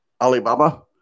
Alibaba